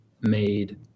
made